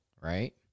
right